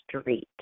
street